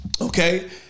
Okay